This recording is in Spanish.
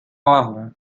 abajo